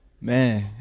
Man